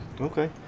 Okay